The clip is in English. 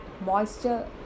moisture